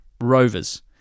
Rovers